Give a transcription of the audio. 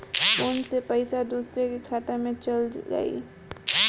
Phone से पईसा दूसरे के खाता में चल जाई?